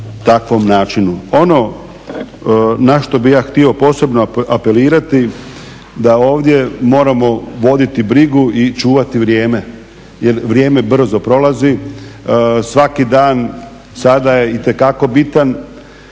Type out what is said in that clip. takvom načinu. Ono na što bih ja htio posebno apelirati da ovdje moramo voditi brigu i čuvati vrijeme jer vrijeme brzo prolazi. Svaki dan sada je itekako bitan